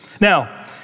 Now